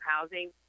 housing